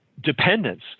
dependence